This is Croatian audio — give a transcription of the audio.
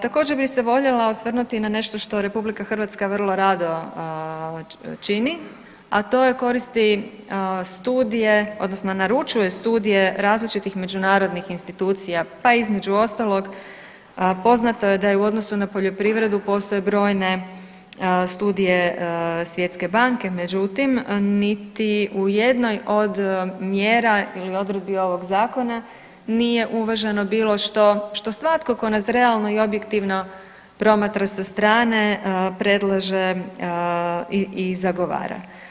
Također bi se voljela osvrnuti na nešto što RH vrlo rado čini, a to je koristi studije odnosno naručuje studije različitih međunarodnih institucija pa između ostalog poznato je da i u odnosu na poljoprivredu postoje brojne studije Svjetske banke, međutim niti u jednoj od mjera ili odredbi ovog zakona nije uvaženo bilo što što svatko tko nas realno i objektivno promatra sa strane predlaže i zagovara.